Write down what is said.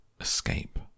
Escape